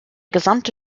gesamte